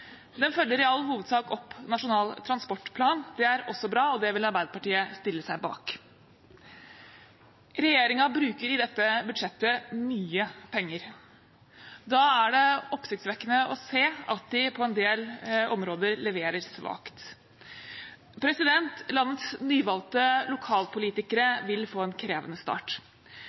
Den følger i all hovedsak opp Nasjonal transportplan. Det er også bra, og det vil Arbeiderpartiet stille seg bak. Regjeringen bruker i dette budsjettet mye penger. Da er det oppsiktsvekkende å se at den på en del områder leverer svakt. Landets nyvalgte lokalpolitikere